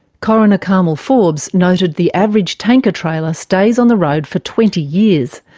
coroner carmel forbes noted the average tanker trailer stays on the road for twenty years,